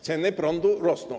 Ceny prądu rosną.